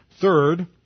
Third